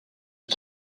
est